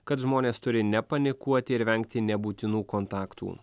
kad žmonės turi nepanikuoti ir vengti nebūtinų kontaktų